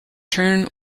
turn